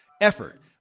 effort